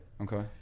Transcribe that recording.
Okay